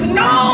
no